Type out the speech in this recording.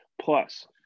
Plus